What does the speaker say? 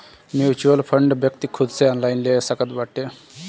mutual fund व्यक्ति खुद से ऑनलाइन ले सकत बाटे